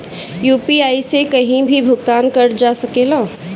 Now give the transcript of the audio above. UPI से कहीं भी भुगतान कर जा सकेला?